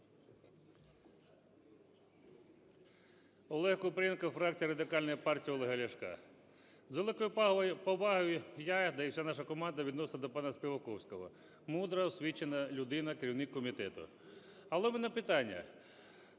Олег Купрієнко, фракція Радикальної партії Олега Ляшка. З великою повагою я та і вся наша команда відноситься до пана Співаковського. Мудра, освічена людина, керівник комітету. Але у мене питання.